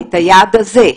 את היעד הזה.